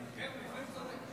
אתה צודק.